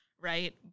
right